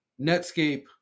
Netscape